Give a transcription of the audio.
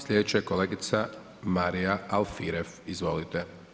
Slijedeća je kolegica Marija Alfirev, izvolite.